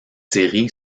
série